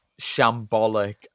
shambolic